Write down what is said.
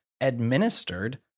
administered